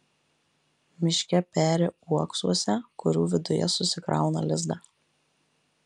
miške peri uoksuose kurių viduje susikrauna lizdą